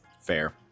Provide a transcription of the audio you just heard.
Fair